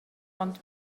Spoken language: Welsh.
ond